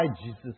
Jesus